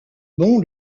bon